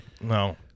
No